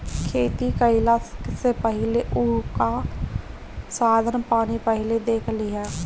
खेती कईला से पहिले उहाँ के साधन पानी पहिले देख लिहअ